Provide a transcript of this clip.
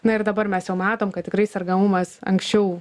na ir dabar mes jau matom kad tikrai sergamumas anksčiau